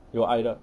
有矮的